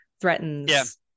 threatens